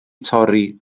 torri